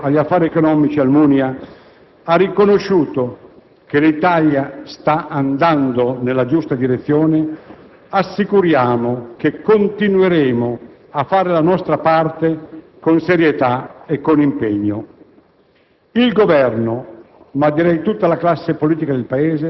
All'Unione Europea, che per bocca del commissario agli affari economici Almunia ha riconosciuto che l'Italia "sta andando nella giusta direzione", assicuriamo che continueremo a fare la nostra parte con serietà e impegno.